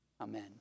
Amen